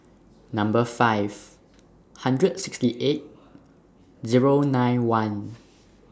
Number five Number sixty eight Zero nine one